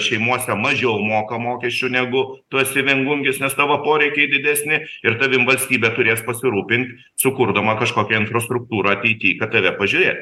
šeimose mažiau moka mokesčių negu tu esi viengungis nes tavo poreikiai didesni ir tavim valstybė turės pasirūpint sukurdama kažkokią infrastruktūrą ateity kad tave pažiūrėt